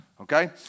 Okay